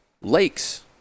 lakes